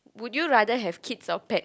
would you rather have kids or pets